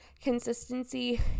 consistency